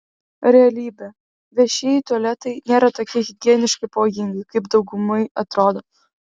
realybė viešieji tualetai nėra tokie higieniškai pavojingi kaip daugumai atrodo